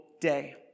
day